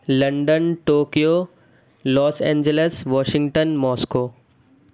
London Tokyo Los Angeles Washington Moscow